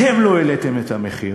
אתם לא העליתם את המחיר.